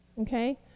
Okay